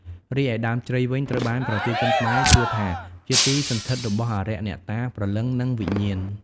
រីឯដើមជ្រៃវិញត្រូវបានប្រជាជនខ្មែរជឿថាជាទីសណ្ឋិតរបស់អារក្សអ្នកតា ព្រលឹងនិងវិញ្ញាណ។